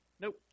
Nope